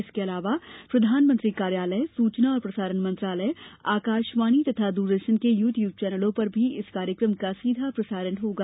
इसके अलावा प्रधानमंत्री कार्यालय सूचना और प्रसारण मंत्रालय आकाशवाणी तथा दूरदर्शन के यूट्यूब चैनलों पर भी इस कार्यक्रम का सीधा प्रसारण होगा